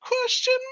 Question